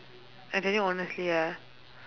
I tell you honestly ah